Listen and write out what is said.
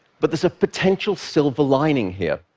but there's a potential silver lining here.